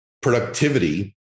productivity